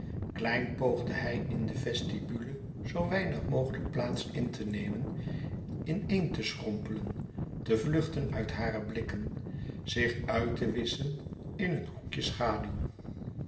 klein poogde hij in de vestibule zoo weinig mogelijk plaats in te nemen in een te schrompelen te vluchten uit hare blikken zich uit te wisschen in een hoekje schaduw